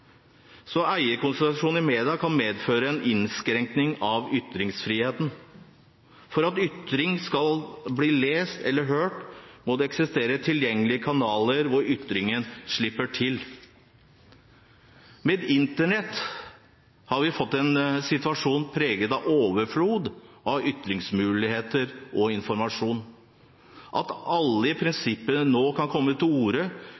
Så eierkonsentrasjon i media kan medføre en innskrenkning av ytringsfriheten. For at en ytring skal bli lest eller hørt, må det eksistere tilgjengelige kanaler hvor ytringen slipper til. Med internett har vi fått en situasjon preget av overflod av ytringsmuligheter og informasjon. At alle i prinsippet nå kan komme til orde,